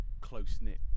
close-knit